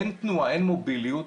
אין תנועה, אין מוביליות,